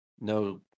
No